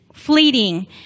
Fleeting